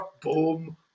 Boom